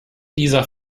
dieser